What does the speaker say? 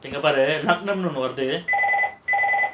இங்க பாரு லக்கினம்னு ஒன்னு வருது:inga paaru lakkinamnu onnu varuthu